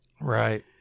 Right